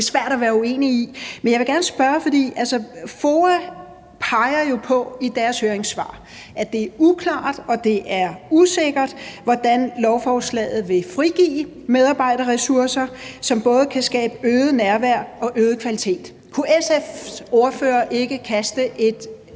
Det er svært at være uenig i. Men jeg vil gerne spørge om noget. FOA peger jo i sit høringssvar på, at det er uklart og det er usikkert, hvordan lovforslaget vil frigive medarbejderressourcer, som både kan skabe øget nærvær og øget kvalitet. Kunne SF's ordfører ikke kaste et